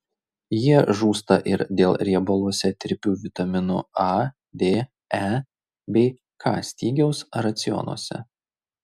jie žūsta ir dėl riebaluose tirpių vitaminų a d e bei k stygiaus racionuose